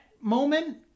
moment